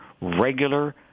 regular